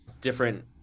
different